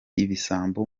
ibisambo